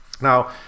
Now